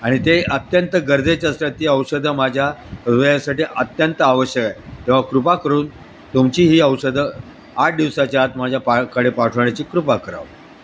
आणि ते अत्यंत गरजेचं असतात ती औषधं माझ्या हृदयासाठी अत्यंत आवश्यक आहे तेव्हा कृपा करून तुमची ही औषधं आठ दिवसाच्या आत माझ्या पाठवण्याची कृपा करावं